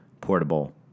portable